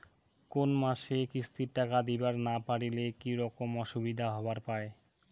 কোনো মাসে কিস্তির টাকা দিবার না পারিলে কি রকম অসুবিধা হবার পায়?